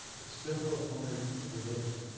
it's difficult for me to relate.